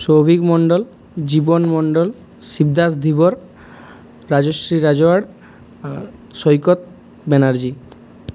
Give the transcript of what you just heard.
Souvik Mondal Jiban Mondal Shibdas Dhibar Rajarshi Rajwar Saikat Banerjee